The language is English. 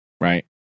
right